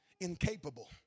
incapable